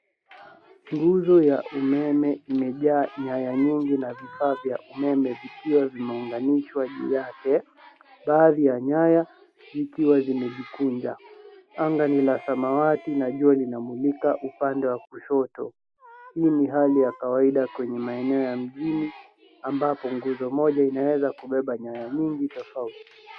Nguzo ya umeme imejaa nyaya nyingi na vifaa vya umeme vikiwa vimeunganishwa juu yake. Baadhi ya nyaya zikiwa zimejikunja. Anga ni la samawati na jua linamulika upande wa kushoto. Hii ni hali ya kawaida kwenye maeneo ya mjini, ambapo nguzo moja inaweza kubeba nyaya nyingi tofauti.